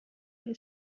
ایا